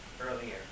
earlier